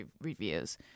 reviews